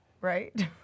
right